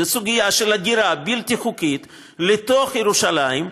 זו סוגיה של הגירה בלתי חוקית לתוך ירושלים,